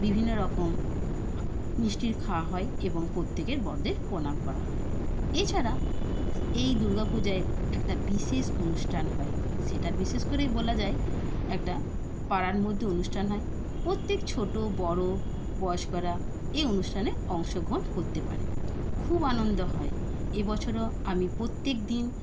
বিভিন্ন রকম মিষ্টি খাওয়া হয় এবং প্রত্যেকের বড়দের প্রণাম করা হয় এছাড়া এই দুর্গাপূজায় একটা বিশেষ অনুষ্ঠান হয় সেটা বিশেষ করেই বলা যায় একটা পাড়ার মধ্যে অনুষ্ঠান হয় প্রত্যেক ছোট বড় বয়স্করা এই অনুষ্ঠানে অংশগ্রহণ করতে পারে খুব আনন্দ হয় এবছরও আমি প্রত্যেক দিন